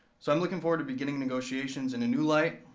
so i'm looking forward to beginning negotiations in a new light,